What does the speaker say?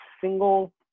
single